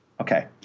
Okay